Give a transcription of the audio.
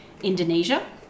Indonesia